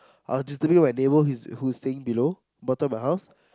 I was disturbing my neighbour who who is staying below bottom of my house